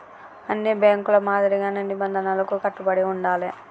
అన్ని బ్యేంకుల మాదిరిగానే నిబంధనలకు కట్టుబడి ఉండాలే